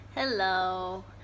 Hello